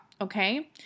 Okay